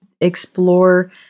explore